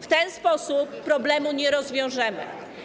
W ten sposób problemu nie rozwiążemy.